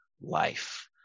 life